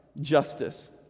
justice